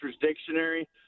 dictionary